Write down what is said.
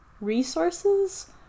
resources